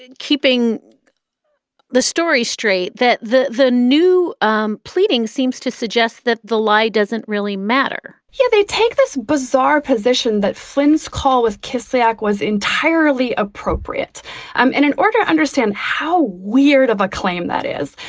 and keeping the story straight that the the new um pleading seems to suggest that the lie doesn't really matter here, they take this bizarre position that flins call was kislyak was entirely appropriate in an order. understand how weird of a claim that is.